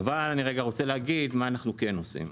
אבל אני רוצה להגיד מה אנחנו כן עושים.